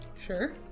Sure